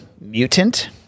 mutant